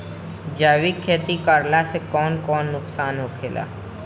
जैविक खेती करला से कौन कौन नुकसान होखेला?